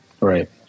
Right